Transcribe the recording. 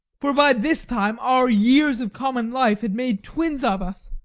for by this time our years of common life had made twins of us.